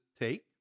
take